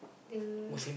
the